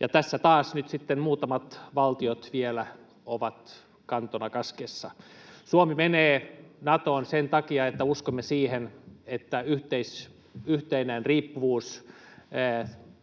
ja tässä taas nyt sitten muutamat valtiot vielä ovat kantona kaskessa. Suomi menee Natoon sen takia, että uskomme siihen, että yhteinen riippuvuus,